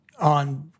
on